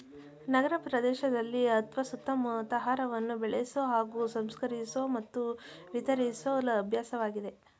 ನಗರಪ್ರದೇಶದಲ್ಲಿ ಅತ್ವ ಸುತ್ತಮುತ್ತ ಆಹಾರವನ್ನು ಬೆಳೆಸೊ ಹಾಗೂ ಸಂಸ್ಕರಿಸೊ ಮತ್ತು ವಿತರಿಸೊ ಅಭ್ಯಾಸವಾಗಿದೆ